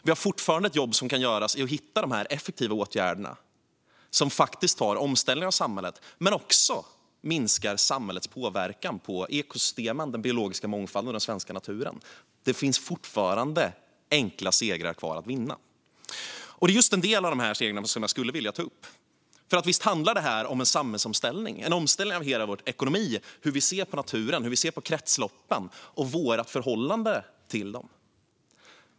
Vi har fortfarande ett jobb som kan göras för att hitta de här effektiva åtgärderna som faktiskt innebär en omställning av samhället men också minskar samhällets påverkan på ekosystemen, den biologiska mångfalden och den svenska naturen. Det finns fortfarande enkla segrar kvar att vinna. Det är just en del av de här segrarna som jag skulle vilja ta upp. För visst handlar det här om en samhällsomställning - en omställning av hela vår ekonomi och av hur vi ser på naturen, på kretsloppen och på vårt förhållande till dem.